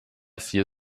vier